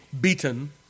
beaten